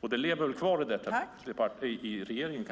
Det lever väl kvar i regeringen.